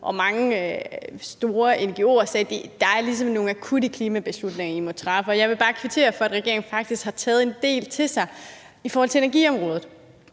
og mange store ngo'er sagde: Der er ligesom nogle akutte klimabeslutninger, I må træffe. Og jeg vil bare kvittere for, at regeringen faktisk har taget en del til sig i forhold til energiområdet